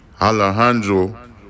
Alejandro